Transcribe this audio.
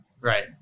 right